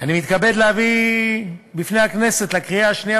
אני מתכבד להביא בפני הכנסת לקריאה שנייה